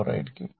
4 ആയിരിക്കും